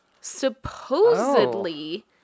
Supposedly